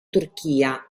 turchia